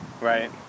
Right